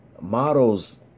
models